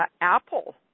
Apple